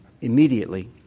immediately